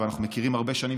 ואנחנו מכירים הרבה שנים,